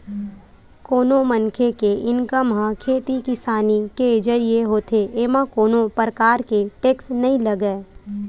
कोनो मनखे के इनकम ह खेती किसानी के जरिए होथे एमा कोनो परकार के टेक्स नइ लगय